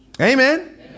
Amen